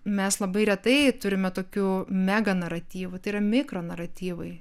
mes labai retai turime tokių mega naratyvų tai yra mikro naratyvai